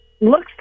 looks